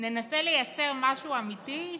ננסה לייצר משהו אמיתי?